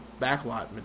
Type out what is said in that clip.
backlot